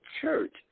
church